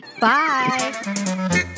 bye